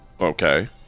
okay